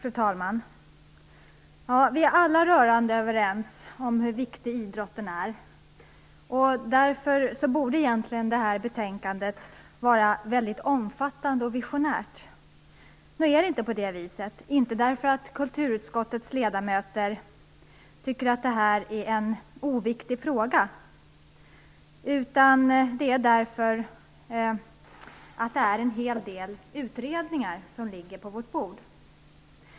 Fru talman! Vi är alla rörande överens om hur viktig idrotten är. Därför borde egentligen det här betänkandet vara mycket omfattande och visionärt. Nu är det inte på det viset. Det beror inte på att kulturutskottets ledamöter tycker att detta är en oviktig fråga, utan på att en hel del utredningar ligger på vårt bord.